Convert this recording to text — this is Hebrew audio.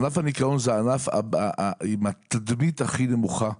ענף הניקיון זה ענף עם התדמית הנמוכה,